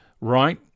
right